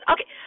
Okay